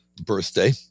birthday